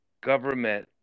government